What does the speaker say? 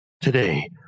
Today